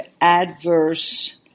adverse